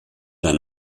dein